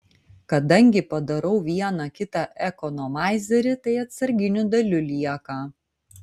kadangi padarau vieną kitą ekonomaizerį tai atsarginių dalių lieka